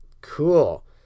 Cool